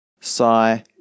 sigh